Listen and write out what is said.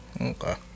Okay